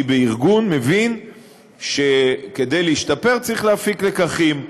בארגון מבין שכדי להשתפר צריך להפיק לקחים.